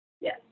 Yes